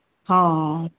ହଁ ହଁ